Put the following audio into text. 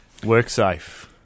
WorkSafe